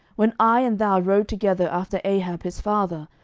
when i and thou rode together after ahab his father,